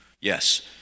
Yes